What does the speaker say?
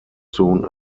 soon